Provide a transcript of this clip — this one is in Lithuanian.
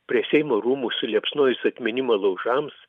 prie seimo rūmų suliepsnojus atminimo laužams